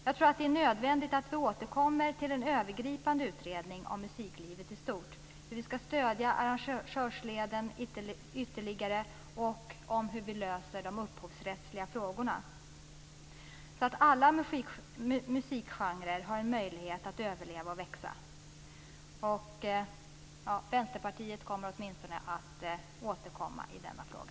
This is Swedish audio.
Jag tror att det är nödvändigt att vi återkommer till en övergripande utredning om musiklivet i stort, hur vi skall stödja arrangörsleden ytterligare och hur vi löser de upphovsrättsliga frågorna, så att alla musikgenrer har en möjlighet att överleva och växa. Vänsterpartiet kommer åtminstone att återkomma i denna fråga.